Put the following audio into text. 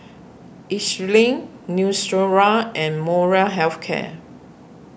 Eucerin Neostrara and Molra Health Care